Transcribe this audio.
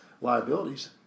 liabilities